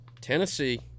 Tennessee